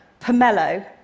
Pomelo